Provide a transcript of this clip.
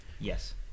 Yes